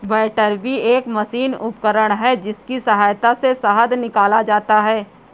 बैटरबी एक मशीनी उपकरण है जिसकी सहायता से शहद निकाला जाता है